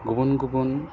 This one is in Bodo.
गुबुन गुबुन